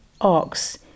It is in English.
ox